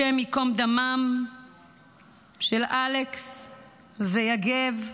השם ייקום דמם של אלכס ויגב,